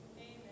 Amen